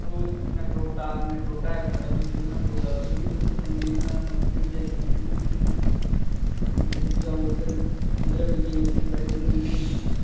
होर नगरोटा नगरोटा इक साढ़ा नगरोटा गुजरू नगरोटा उद्धर बी मंदिर न उद्धर बी जाई सकने घुम्मन शुम्मन मंदिर जाओ उद्धर उद्धर बल्के उत्थें बड़े मंदर न